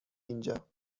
اینجا